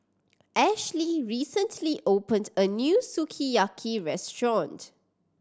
Ashleigh recently opened a new Sukiyaki Restaurant